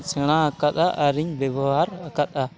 ᱥᱮᱬᱟ ᱟᱠᱟᱫᱼᱟ ᱟᱨᱤᱧ ᱵᱮᱵᱚᱦᱟᱨ ᱟᱠᱟᱫᱼᱟ